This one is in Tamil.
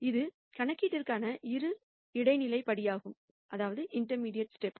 இது கணக்கீட்டிற்கான ஒரு இன்டெர்மீடியாட் ஸ்டேப்